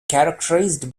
characterized